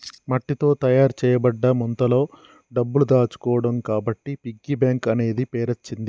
మట్టితో తయారు చేయబడ్డ ముంతలో డబ్బులు దాచుకోవడం కాబట్టి పిగ్గీ బ్యాంక్ అనే పేరచ్చింది